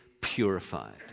purified